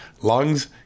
lungs